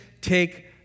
take